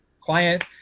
client